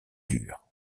dure